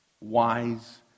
wise